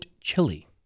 Chili